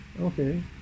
Okay